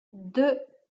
deux